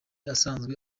asanzwe